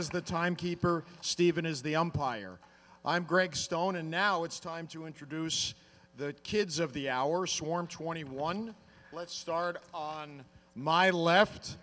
's the time keeper stephen is the umpire i'm greg stone and now it's time to introduce the kids of the hour swarm twenty one let's start on my left